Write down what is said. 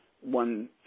one